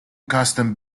custom